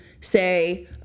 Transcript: say